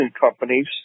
companies